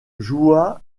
joua